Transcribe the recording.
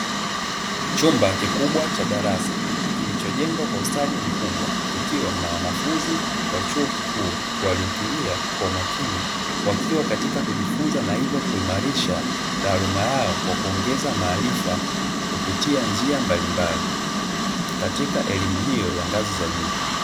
Chumba kikubwa cha darasa, kilichojengwa kwa ustadi mkubwa, kikiwa na wanafunzi wa chuo kikuu waliotulia kwa umakini. Wakiwa katika kujifunza na hivyo kuimarisha taaluma yao, kwa kuongeza maarifa kupitia njia mbalimbali katika elimu hiyo ya ngazi za juu.